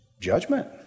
judgment